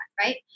Right